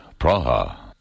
Praha